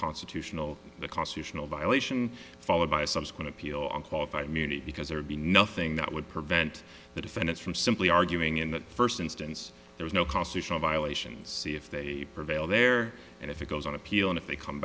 constitutional the constitutional violation followed by a subsequent appeal on qualified immunity because there would be nothing that would prevent the defendants from simply arguing in the first instance there is no constitutional violations see if they prevail there and if it goes on appeal and if they come